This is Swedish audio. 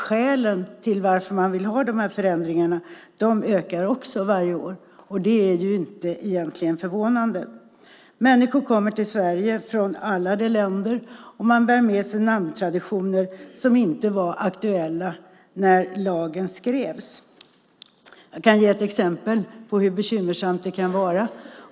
Skälen till att man vill ha de här förändringarna blir också fler varje år. Det är egentligen inte förvånande. Människor kommer till Sverige från alla de länder, och man bär med sig namntraditioner som inte var aktuella när lagen skrevs. Jag kan ge ett exempel på hur bekymmersamt det kan vara.